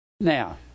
Now